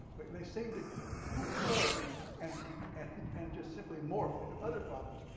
but they seem to recur and and and just simply morph into other problems,